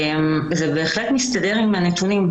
זה בהחלט מסתדר עם הנתונים.